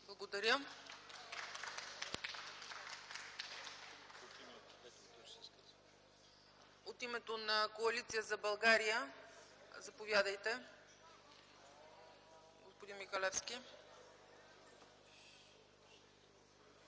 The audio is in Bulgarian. Благодаря. От името на Коалиция за България – заповядайте, господин Михалевски. ДИМЧО